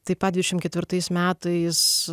taip pat dvidešim ketvirtais metais